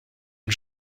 une